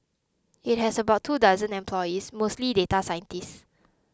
it has about two dozen employees mostly data scientists